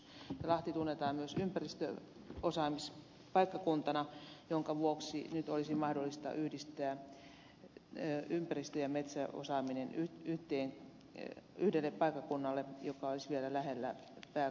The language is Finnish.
lahti tunnetaan myös ympäristöosaamispaikkakuntana jonka vuoksi nyt olisi mahdollista yhdistää ympäristö ja metsäosaaminen yhdelle paikkakunnalle joka olisi vielä lähellä pääkaupunkia